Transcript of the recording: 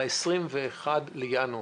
ב-21 בינואר.